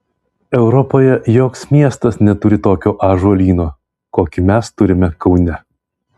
europoje joks miestas neturi tokio ąžuolyno kokį mes turime kaune